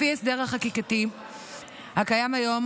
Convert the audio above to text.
לפי ההסדר החקיקתי הקיים היום,